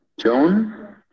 Joan